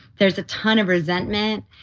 there's a ton of resentment.